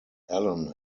allen